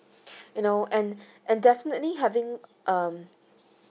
you know and and definitely having um